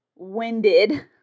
Winded